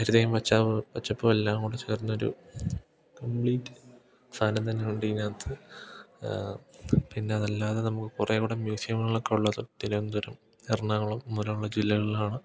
ഹരിതയും പച്ചപ്പും എല്ലാം കൂടെ ചേർന്നൊരു കംപ്ലീറ്റ് സ്ഥലം തന്നെയുണ്ട് ഇതിനകത്ത് പിന്നെ അതല്ലാതെ നമുക്ക് കുറേക്കൂടെ മ്യൂസിയങ്ങളൊക്കെ ഉള്ളത് തിരുവനന്തപുരം എറണാകുളം പോലുള്ള ജില്ലകളിലാണ്